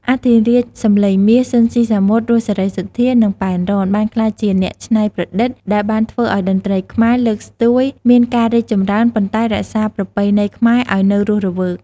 អធិរាជសំឡេងមាស ស៊ីន ស៊ីសាមុត, រស់ សេរីសុទ្ធា និងប៉ែន រ៉ន បានក្លាយជាអ្នកច្នៃប្រឌិត ដែលបានធ្វើឲ្យតន្ត្រីខ្មែរ លើកស្ទួយមានការរីចម្រើន ប៉ុន្តែរក្សាប្រពៃណីខ្មែរឲ្យនៅរស់រវើក។